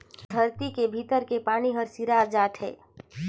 धरती के भीतरी के पानी हर सिरात जात हे